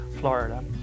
Florida